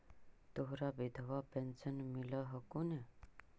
तोहरा विधवा पेन्शन मिलहको ने?